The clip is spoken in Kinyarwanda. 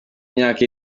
myaka